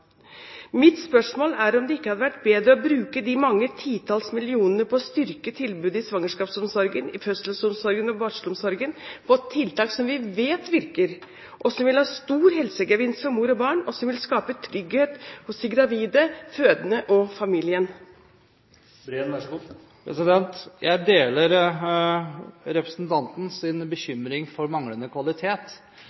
Mitt spørsmål er om det ikke hadde vært bedre å bruke de mange titalls millionene på å styrke tilbudet i svangerskapsomsorgen, i fødselsomsorgen og i barselomsorgen, på tiltak som vi vet virker, som vil ha stor helsegevinst for mor og barn, og som vil skape trygghet hos de gravide, de fødende og familien. Jeg deler